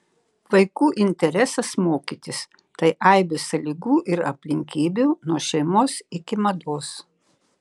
vaikų interesas mokytis tai aibė sąlygų ir aplinkybių nuo šeimos iki mados